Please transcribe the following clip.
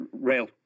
rail